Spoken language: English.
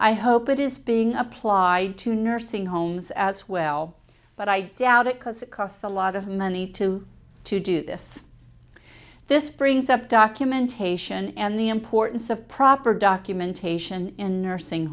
i hope it is being applied to nursing homes as well but i doubt it because it costs a lot of money to to do this this brings up documentation and the importance of proper documentation in nursing